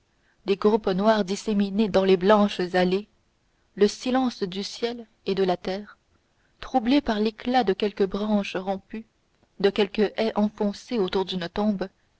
des groupes noirs disséminés dans les blanches allées le silence du ciel et de la terre troublé par l'éclat de quelques branches rompues de quelque haie enfoncée autour d'une tombe